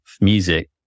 music